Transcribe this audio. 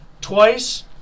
twice